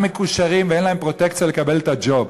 מקושרים ואין להם פרוטקציה לקבל את הג'וב.